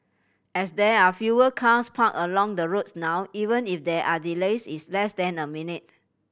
as there are fewer cars parked along the roads now even if there are delays it's less than a minute